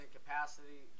capacity